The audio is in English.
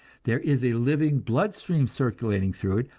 there is a living blood-stream circulating through it,